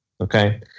Okay